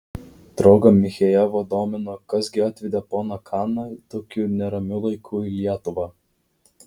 draugą michejevą domino kas gi atvedė poną kaną tokiu neramiu laiku į lietuvą